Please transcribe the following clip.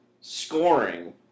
scoring